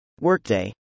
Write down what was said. Workday